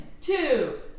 two